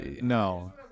No